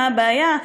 מה הבעיה?